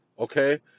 Okay